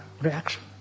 reaction